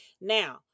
Now